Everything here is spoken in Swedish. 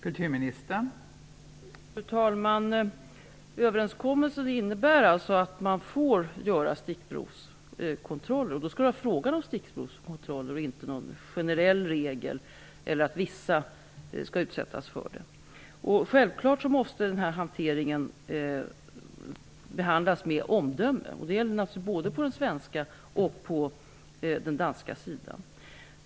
Fru talman! Överenskommelsen innebär att det är tillåtet att göra stickprovskontroller. Då skall det vara fråga om stickprovskontroller och inte någon generell regel om att vissa skall utsättas för kontroller. Självfallet måste denna hantering utföras med omdöme. Det gäller naturligtvis på både den svenska och den danska sidan.